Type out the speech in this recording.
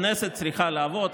הכנסת צריכה לעבוד,